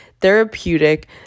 therapeutic